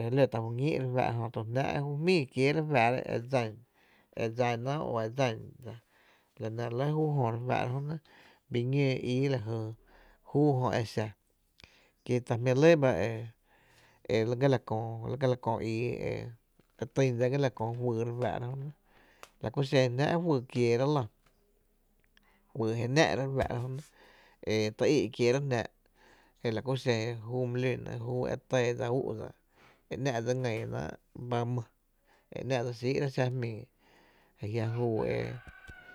E lót’a ju ñíi’ re fáá’ra jö to jnáá’ ju jmíi kieerá’ e fa´rá’ e dsan o e dsánáá’ la nɇ re lɇ re fáá’ra jö nɇ bii ñóó ii júu jö xa kie ta jmí’ lɇ ba la kö ii e dse tyn dsa ga la kö juyy re fáá’ra jö la ku xen e jnáá’ juyy kiéér’an lⱥ juyy jé náá’rá’ re fáá’ra jö nɇ, ty i’ kieráá’ e la ku xen júu e my lún nɇ júu e tɇ dsa ú’ dsa e ‘nⱥ’ dse ngýy náá’ ba my e ‘nⱥ’ dse xíi’rá’ xáá jmii a jia’ re juu e